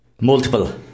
multiple